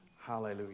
Hallelujah